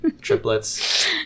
Triplets